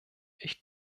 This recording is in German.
ich